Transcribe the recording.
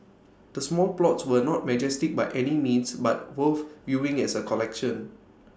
the small plots were not majestic by any means but worth viewing as A collection